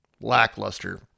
lackluster